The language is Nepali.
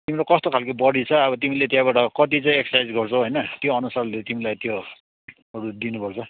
तिम्रो कस्तो खालको बोडी छ अब तिमीले त्यहाँबाट कति चाहिँ एक्सर्साइज गर्छौ होइन त्योअनुसारले तिमीलाई त्योहरू दिनुपर्छ